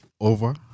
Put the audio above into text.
Over